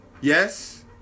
Yes